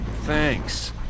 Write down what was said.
Thanks